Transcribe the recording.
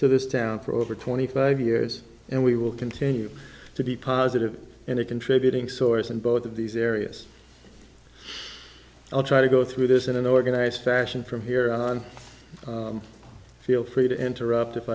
to this town for over twenty five years and we will continue to be positive and are contributing source in both of these areas i'll try to go through this in an organized fashion from here on feel free to interrupt if